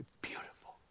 Beautiful